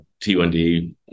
T1D